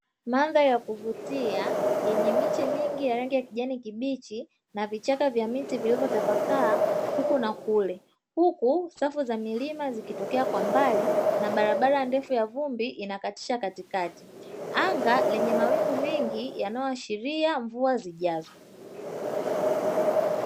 Mandhari ya kuvutia yenye miti mingi ya rangi ya kijani kibichi na vichaka vya miti vilivyotapakaa huku na kule. Huku safu za vilima zikitokea kwa mbali na barabara ndefu ya vumbi ikikatisha katikati. Anga lenye mawingu mengi yanayoashiria mvua zijazo.